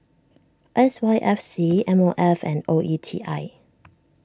S Y F C M O F and O E T I